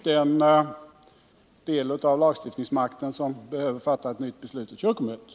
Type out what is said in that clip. Den del av de lagstiftande makthavarna som behöver fatta ett nytt beslut är kyrkomötet.